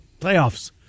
playoffs